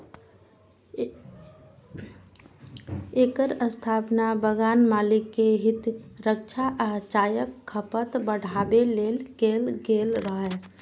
एकर स्थापना बगान मालिक के हित रक्षा आ चायक खपत बढ़ाबै लेल कैल गेल रहै